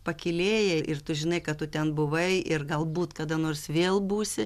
pakylėja ir tu žinai kad tu ten buvai ir galbūt kada nors vėl būsi